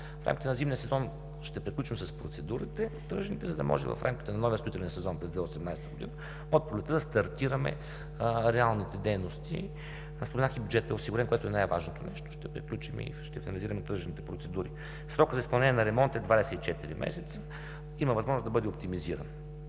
в рамките на зимния сезон ще приключим с тръжните процедури, за да може в рамките на новия строителен сезон през 2018 г. от пролетта да стартираме реалните дейности. Споменах, бюджетът е осигурен, което е най-важното нещо. Ще приключим и ще финализираме тръжните процедури. Срокът за изпълнение на ремонта е 24 месеца. Има възможност да бъде оптимизиран.